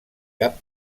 cap